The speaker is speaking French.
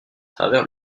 travers